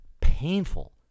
painful